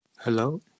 Hello